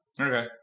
Okay